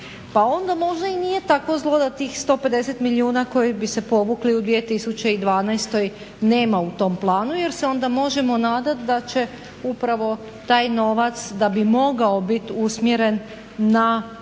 Pa onda možda i nije tako zlo da tih 150 milijuna koji bi se povukli u 2012. nema u tom planu jer se onda možemo nadati da će upravo taj novac da bi mogao biti usmjeren na